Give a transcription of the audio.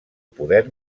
poder